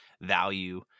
value